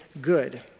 good